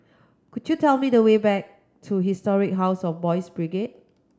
could you tell me the way back to Historic House of Boys' Brigade